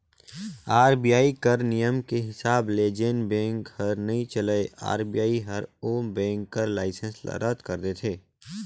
RBI कर नियम के हिसाब ले जेन बेंक हर नइ चलय आर.बी.आई हर ओ बेंक कर लाइसेंस ल रद कइर देथे